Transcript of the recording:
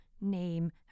name